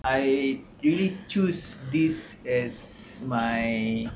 I really choose this as my